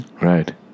right